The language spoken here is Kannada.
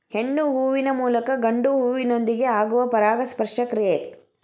ಹೆಣ್ಣು ಹೂವಿನ ಮೂಲಕ ಗಂಡು ಹೂವಿನೊಂದಿಗೆ ಆಗುವ ಪರಾಗಸ್ಪರ್ಶ ಕ್ರಿಯೆ